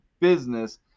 business